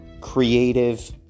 creative